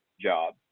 job